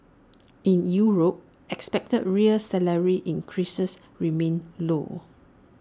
in Europe expected real salary increases remain low